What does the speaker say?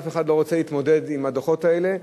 ואף אחד לא רוצה להתמודד עם הדוחות האלה,